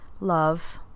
love